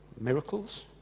miracles